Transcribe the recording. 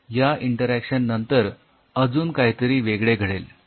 आता या इंटरॅक्शन नंतर अजून काहीतरी वेगळे घडेल